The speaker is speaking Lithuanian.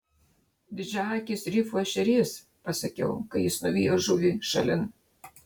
didžiaakis rifų ešerys pasakiau kai jis nuvijo žuvį šalin